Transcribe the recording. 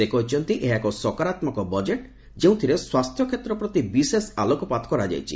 ସେ କହିଛନ୍ତି ଏହା ଏକ ସକାରାତ୍ମକ ବଜେଟ୍ ଯେଉଁଥିରେ ସ୍ୱାସ୍ଥ୍ୟକ୍ଷେତ୍ର ପ୍ରତି ବିଶେଷ ଆଲୋକପାତ କରାଯାଇଛି